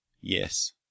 Yes